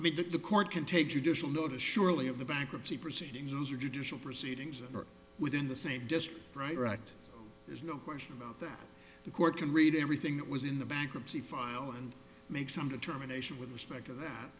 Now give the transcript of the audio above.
i mean look the court can take judicial notice surely of the bankruptcy proceedings you judicial proceedings are within the same just right right there's no question that the court can read everything that was in the bankruptcy file and make some determination with respect to what